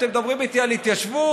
אתם מדברים איתי על התיישבות,